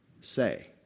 say